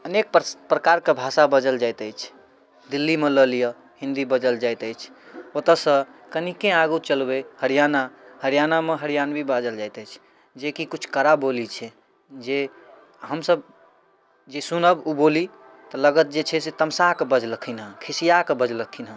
अनेक प्रकारके भाषा बजल जाइत अछि दिल्लीमे लऽ लिअ हिन्दी बाजल जाइत अछि ओतऽ सँ कनिके आगू चलबै हरियाणा हरियाणामे हरियाणवी बाजल जाइत अछि जेकी किछु कड़ा बोली छै जे हमसब जे सुनब ओ बोली तऽ लागत जे छै से तमसा कऽ बजलखिन हँ खिसिया कऽ बजलखिन हँ